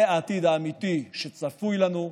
זה העתיד האמיתי שצפוי לנו,